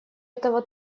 этого